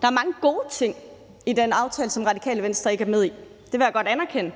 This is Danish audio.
Der er mange gode ting i den aftale, som Radikale Venstre ikke er med i. Det vil jeg godt anerkende.